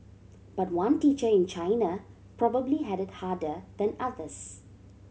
but one teacher in China probably had it harder than others